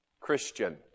Christian